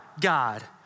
God